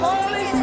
Holy